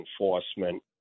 enforcement